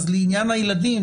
אז לעניין הילדים,